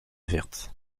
verte